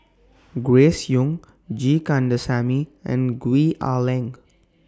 Grace Young G Kandasamy and Gwee Ah Leng